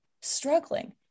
struggling